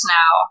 now